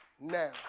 now